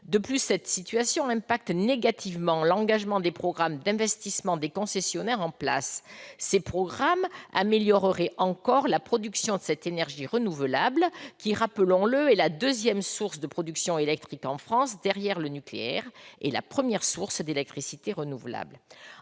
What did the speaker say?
De plus, cette situation affecte négativement l'engagement des programmes d'investissement des concessionnaires en place. Ces programmes amélioreraient encore la production de cette énergie renouvelable, qui, rappelons-le, est la deuxième source de production électrique en France derrière le nucléaire et la première source d'électricité renouvelable.